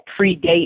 predate